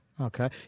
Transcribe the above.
Okay